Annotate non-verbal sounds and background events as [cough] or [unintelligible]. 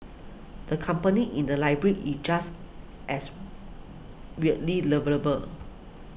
the company in the library is just as weirdly [unintelligible]